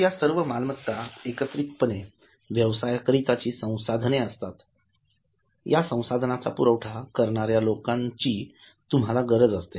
तर या सर्व मालमत्ता एकत्रितपणे व्यवसाया करिताची संसाधने असतात या संसाधनांचा पुरवठा करणाऱ्या लोकांची तुम्हाला गरज असते